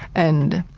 and,